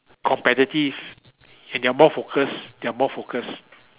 competitive and they are more focused they are more focused